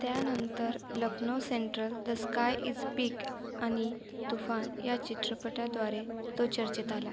त्यानंतर Lucknow Central The Sky Is Pink आणि तुफान या चित्रपटाद्वारे तो चर्चेत आला